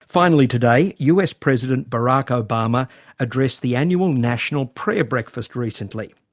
finally today, us president barack obama addressed the annual national prayer breakfast recently.